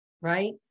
right